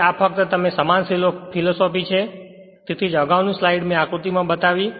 તેથી આ ફક્ત તમે સમાન ફિલોસૂફી છે તેથી જ અગાઉની સ્લાઇડ મેં આકૃતિ બતાવી